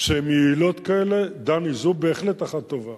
שהן יעילות כאלה, דני, זו בהחלט אחת טובה.